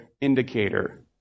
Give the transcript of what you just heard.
indicator